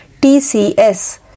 tcs